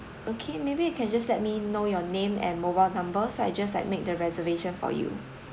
okay maybe you can just let me know your name and mobile number so I just like make the reservation for you